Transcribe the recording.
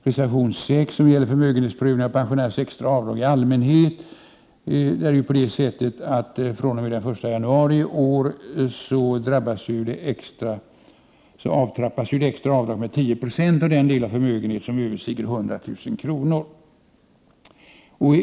Reservation 6 gäller förmögenhetsprövning av pensionärernas extra avdrag i allmänhet. fr.o.m. den 1 januari i år avtrappas det extra avdraget med 10 96 av den del av förmögenheten som överstiger 100 000 kr.